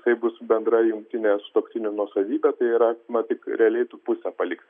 tai bus bendra jungtinė sutuoktinių nuosavybė tai yra matyt realiai tu pusę paliksi